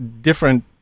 different